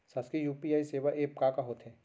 शासकीय यू.पी.आई सेवा एप का का होथे?